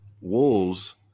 wolves